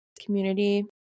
community